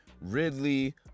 Ridley